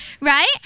right